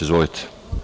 Izvolite.